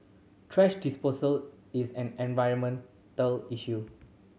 thrash disposal is an environmental issue